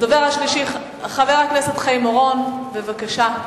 הדובר השלישי , חבר הכנסת חיים אורון, בבקשה.